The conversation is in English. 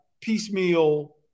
piecemeal